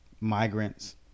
migrants